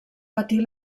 patir